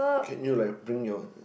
can you like bring your